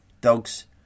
dogs